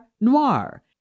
noir